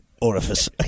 orifice